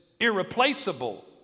irreplaceable